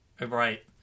Right